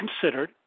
considered